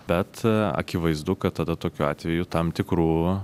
bet akivaizdu kad tada tokiu atveju tam tikrų